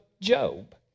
Job